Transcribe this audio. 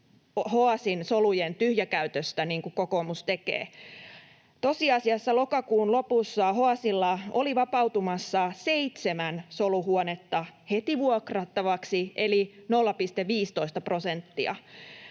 Hoasin solujen tyhjäkäytöstä, niin kuin kokoomus tekee. Tosiasiassa lokakuun lopussa Hoasilla oli vapautumassa seitsemän soluhuonetta heti vuokrattavaksi, eli 0,15 prosenttia.